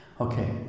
Okay